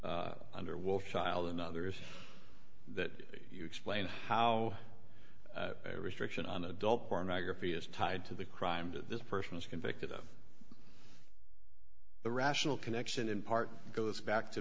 connection under wolf child another is that you explain how a restriction on adult pornography is tied to the crime that this person is convicted of the rational connection in part goes back to